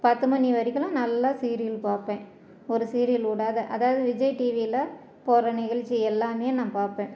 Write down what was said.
பத்துமணி வரைக்கும் எல்லாம் நல்லா சீரியல் பார்ப்பேன் ஒரு சீரியல் விடாத அதாவது விஜய் டிவில போடுற நிகழ்ச்சி எல்லாமே நான் பார்ப்பேன்